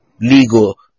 legal